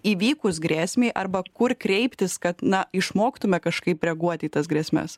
įvykus grėsmei arba kur kreiptis kad na išmoktume kažkaip reaguoti į tas grėsmes